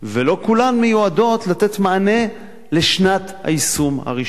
ולא כולן מיועדות לתת מענה לשנת היישום הראשונה.